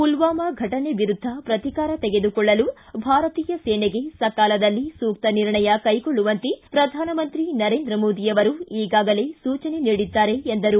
ಮಲ್ಲಾಮಾ ಘಟನೆ ವಿರುದ್ದ ಪ್ರತಿಕಾರ ತೆಗೆದುಕೊಳ್ಳಲು ಭಾರತೀಯ ಸೇನೆಗೆ ಸಕಾಲದಲ್ಲಿ ಸೂಕ್ತ ನಿರ್ಣಯ ಕೈಗೊಳ್ಳುವಂತೆ ಪ್ರಧಾನಮಂತ್ರಿ ನರೇಂದ್ರ ಮೋದಿ ಅವರು ಈಗಾಗಲೇ ಸೂಚನೆ ನೀಡಿದ್ದಾರೆ ಎಂದರು